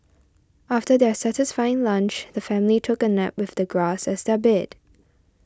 after their satisfying lunch the family took a nap with the grass as their bed